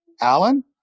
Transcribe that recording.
Alan